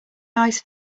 eyes